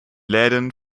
läden